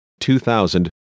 2000